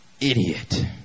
idiot